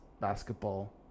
basketball